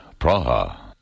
Praha